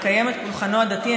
לקיים את פולחנו הדתי.